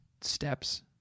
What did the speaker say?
steps